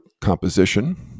composition